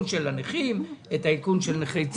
של הנכים ואת העדכון של נכי צה"ל.